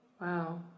Wow